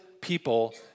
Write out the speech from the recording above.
people